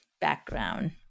background